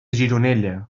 gironella